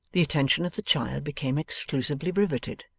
the attention of the child became exclusively riveted.